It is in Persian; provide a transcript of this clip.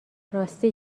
راستی